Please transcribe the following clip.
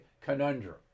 conundrum